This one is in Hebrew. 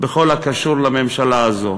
בכל הקשור לממשלה הזאת?